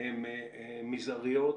הן מזעריות,